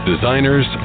designers